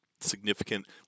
significant